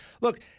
Look